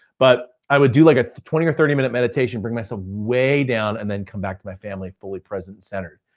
but i would do like a twenty or thirty minute meditation bring myself way down and then come back my my family fully present centered.